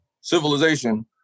civilization